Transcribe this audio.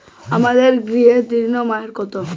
আমার গৃহ ঋণের মেয়াদ কত?